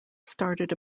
started